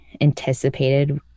anticipated